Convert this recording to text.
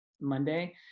Monday